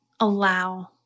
Allow